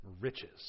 riches